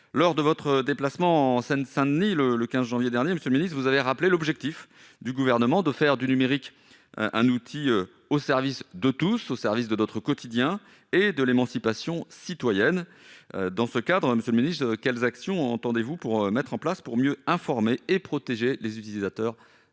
lors de votre déplacement en Seine-Saint-Denis le le 15 janvier dernier Monsieur le Ministre, vous avez rappelé l'objectif du gouvernement de faire du numérique, un outil au service de tous au service de notre quotidien et de l'émancipation citoyenne dans ce cadre, Monsieur le Ministre quelles actions entendez-vous pour mettre en place pour mieux informer et protéger les utilisateurs d'internet.